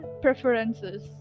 preferences